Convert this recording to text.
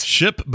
Ship